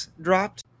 dropped